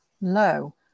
low